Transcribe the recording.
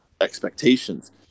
expectations